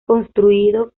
construido